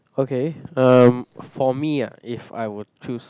okay um for me ah if I would choose